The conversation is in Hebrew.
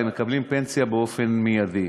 הם מקבלים פנסיה באופן מיידי,